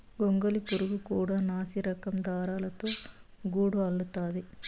గొంగళి పురుగు కూడా నాసిరకం దారాలతో గూడు అల్లుతాది